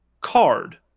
card